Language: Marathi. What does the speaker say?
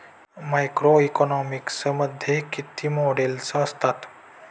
मॅक्रोइकॉनॉमिक्स मध्ये किती मॉडेल्स असतात?